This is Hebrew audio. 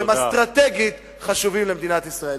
שאסטרטגית הם חשובים למדינת ישראל.